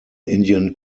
indian